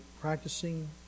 practicing